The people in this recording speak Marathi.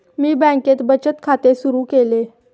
मी बँकेत बचत खाते सुरु केले